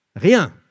rien